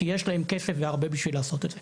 כי יש להם כסף והרבה כדי לעשות את זה.